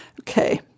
Okay